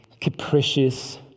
capricious